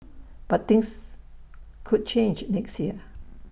but things could change next year